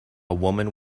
woman